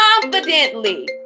confidently